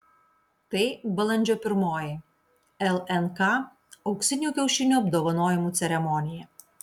tai balandžio pirmoji lnk auksinių kiaušinių apdovanojimų ceremonija